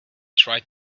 tried